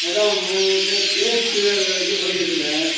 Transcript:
madam உங்கள் கிட்டே கேஸ்சுக்கு அது இது சொல்லியிருந்தேன்